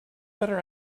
better